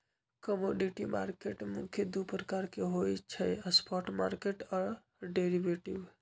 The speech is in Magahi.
कमोडिटी मार्केट मुख्य दु प्रकार के होइ छइ स्पॉट मार्केट आऽ डेरिवेटिव